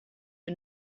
you